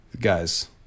Guys